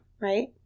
right